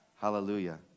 Hallelujah